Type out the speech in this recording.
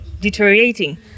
deteriorating